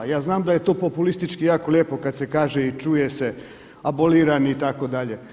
Ja znam da je to populistički jako lijepo kad se kaže i čuje se aboliran itd.